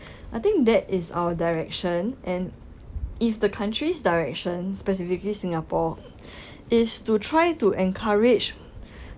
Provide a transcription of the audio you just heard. I think that is our direction and if the country's direction specifically singapore is to try to encourage